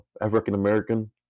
African-American